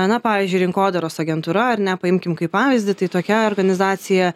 na pavyzdžiui rinkodaros agentūra ar ne paimkim kaip pavyzdį tai tokia organizacija